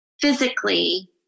physically